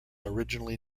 originally